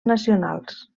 nacionals